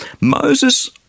Moses